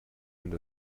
and